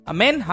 Amen